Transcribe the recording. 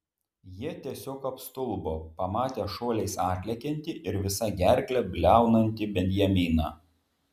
jie tiesiog apstulbo pamatę šuoliais atlekiantį ir visa gerkle bliaunantį benjaminą